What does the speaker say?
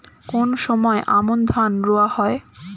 কোন সময় আমন ধান রোয়া হয়?